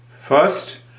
first